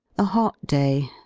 a hot day.